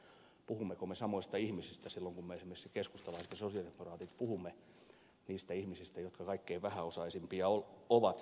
mutta puhummeko me samoista ihmisistä silloin kun me esimerkiksi keskustalaiset ja sosialidemokraatit puhumme niistä ihmisistä jotka kaikkein vähäosaisimpia ovat